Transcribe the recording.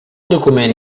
document